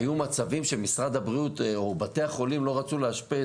היו מצבים שמשרד הבריאות או בתי החולים לא רצו לאשפז